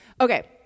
okay